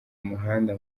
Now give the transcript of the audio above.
umuhanda